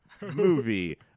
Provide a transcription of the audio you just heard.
movie